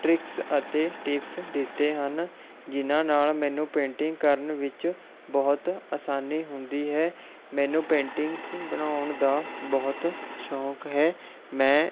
tricks ਅਤੇ tips ਦਿੱਤੇ ਹਨ ਜਿਨ੍ਹਾਂ ਨਾਲ਼ ਮੈਨੂੰ ਪੇਂਟਿੰਗ ਕਰਨ ਵਿੱਚ ਬਹੁਤ ਆਸਾਨੀ ਹੁੰਦੀ ਹੈ ਮੈਨੂੰ ਪੇਂਟਿੰਗਸ ਬਣਾਉਣ ਦਾ ਬਹੁਤ ਸ਼ੌਕ ਹੈ ਮੈਂ